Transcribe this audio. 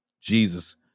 jesus